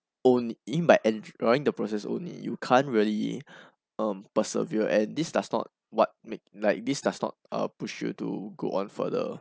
own in by enjoying the process only you can't really um persevere and this does not what make like this does not uh push you to go on further